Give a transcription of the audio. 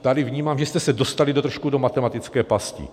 Tady vnímám, že jste se dostali trošku do matematické pasti.